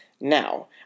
Now